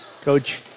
Coach